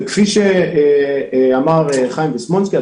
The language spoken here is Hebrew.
כפי שאמר חיים ויסמונסקי,